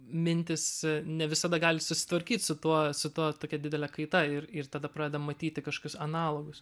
mintys ne visada gali susitvarkyt su tuo su tuo tokia didele kaita ir ir tada pradeda matyti kažkokius analogus